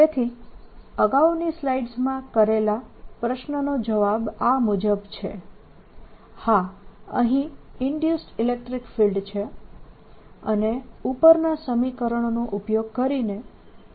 તેથી અગાઉની સ્લાઇડ્સમાં કરેલા પ્રશ્નનો જવાબ આ મુજબ છે હા અહીં ઇન્ડ્યુસ્ડ ઇલેક્ટ્રીક ફિલ્ડ છે અને ઉપરના સમીકરણનો ઉપયોગ કરીને તેની ગણતરી કરી શકાય છે